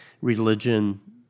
religion